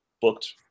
booked